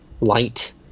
light